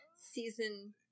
season